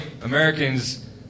Americans